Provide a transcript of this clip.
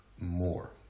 more